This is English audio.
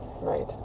Right